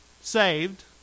saved